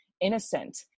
innocent